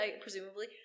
presumably